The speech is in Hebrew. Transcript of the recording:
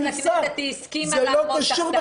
אבל כשהיא הייתה צריכה להיכנס לכנסת היא הסכימה לעבוד תחתיו.